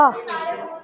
वाह्